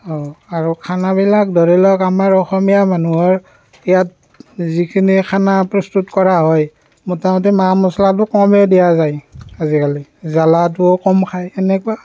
আৰু খানাবিলাক ধৰি লওক আমাৰ অসমীয়া মানুহৰ ইয়াত যিখিনি খানা প্ৰস্তুত কৰা হয় মোটামুটি মা মছলাটো কমেই দিয়া যায় আজিকালি জ্বালাটোও কম খায় এনেকুৱা